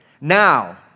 now